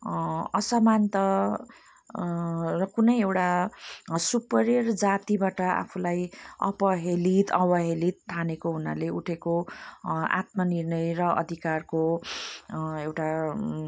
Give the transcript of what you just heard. असमानता र कुनै एउटा सुपरियर जातिबाट आफूलाई अपहेलित अवहेलित ठानेको हुनाले उठेको आत्मनिर्णय र अधिकारको एउटा